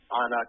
on